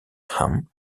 ham